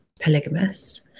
polygamous